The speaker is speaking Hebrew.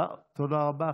תודה רבה.